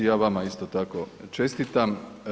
Ja vama isto tako čestitam.